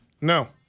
No